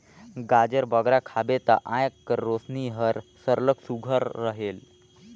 गाजर बगरा खाबे ता आँएख कर रोसनी हर सरलग सुग्घर रहेल